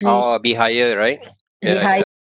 or be higher right ya ya